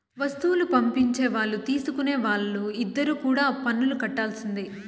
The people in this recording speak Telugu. వస్తువులు పంపించే వాళ్ళు తీసుకునే వాళ్ళు ఇద్దరు కూడా పన్నులు కట్టాల్సిందే